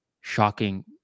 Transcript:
shocking